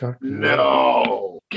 no